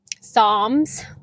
Psalms